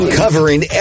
covering